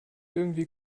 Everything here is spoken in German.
irgendwie